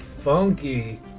funky